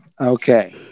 Okay